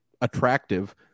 attractive